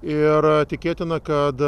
ir tikėtina kad